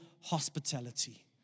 hospitality